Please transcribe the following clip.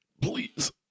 Please